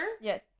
Yes